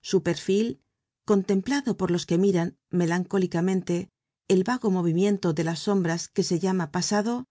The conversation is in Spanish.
su perfil contemplado por los que miran melancólicamente el vago movimiento de las sombras que se llama pasado